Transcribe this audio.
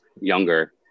younger